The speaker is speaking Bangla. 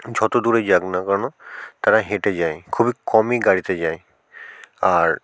যত দূরেই যাক না কেন তারা হেঁটে যায় খুবই কমই গাড়িতে যায় আর